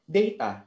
data